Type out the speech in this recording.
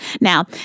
Now